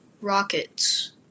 Rockets